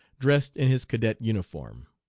dressed in his cadet uniform.